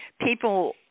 people